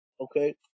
okay